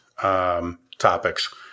topics